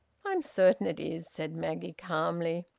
i'm certain it is, said maggie calmly.